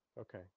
Okay